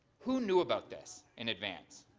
who knew about this in advance?